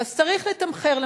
צריך לתמחר.